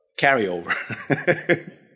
carryover